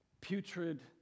putrid